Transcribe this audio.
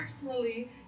personally